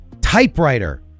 typewriter